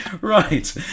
Right